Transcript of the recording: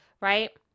right